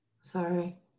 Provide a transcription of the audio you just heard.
Sorry